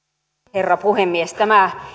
herra puhemies tämä